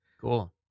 Cool